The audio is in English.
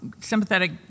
sympathetic